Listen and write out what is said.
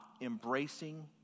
embracing